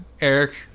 Eric